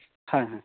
ᱦᱮᱸ ᱦᱮᱸ